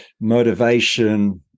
motivation